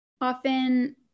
often